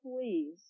please